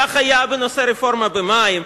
כך היה בנושא הרפורמה במים,